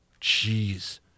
Jeez